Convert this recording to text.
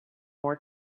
more